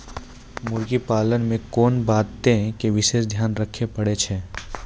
मुर्गी पालन मे कोंन बातो के विशेष ध्यान रखे पड़ै छै?